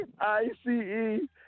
I-C-E